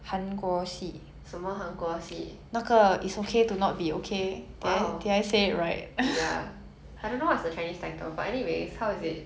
I don't know what's the chinese title but anyways how is it that's very fast I'm still stuck at episode four